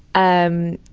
um.